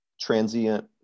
transient